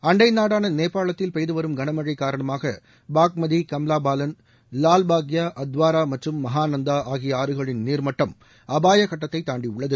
அண்டை நாடான நேபாளத்தில் பெய்துவரும் கனமழை காரணமாக பாக்மதி கம்லா பாலன் லால்பாக்யா அத்வாரா மற்றும் மகாநந்தா ஆகிய ஆறுகளின் நீர்மட்டம் அபாயக் கட்டத்தை தாண்டியுள்ளது